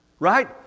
Right